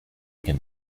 can